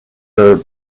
her